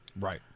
Right